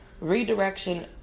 Redirection